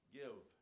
give